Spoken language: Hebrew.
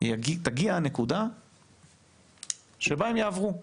תגיע הנקודה שבה הם יעברו.